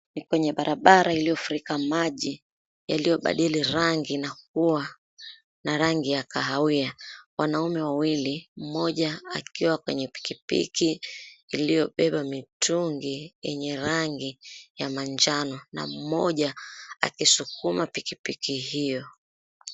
Ni kwenye barabara iliyofurika maji yaliyobadili rangi na kuwa na rangi ya kahawia. Wanaume wawili, mmoja akiwa kwenye pikipiki iliyobeba mitungi yenye rangi ya manjano, na mmoja akisukuma pikipiki hiyo.